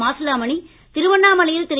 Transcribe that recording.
மாசிலாமணி திருவண்ணாமலையில் திரு